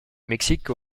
mexique